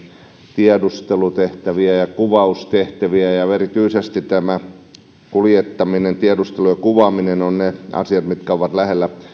tiedustelutehtäviä ja kuvaustehtäviä ja ja erityisesti kuljettaminen tiedustelu ja kuvaaminen ovat ne asiat mitkä ovat lähellä